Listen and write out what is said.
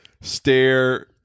stare